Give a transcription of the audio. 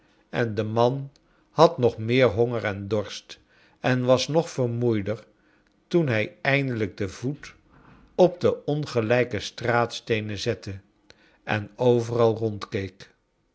en de man had nog meer honger en dorst en was nog vermoeider toen hij eindelijk den voet op de ongelijke straatsteenen zette en overal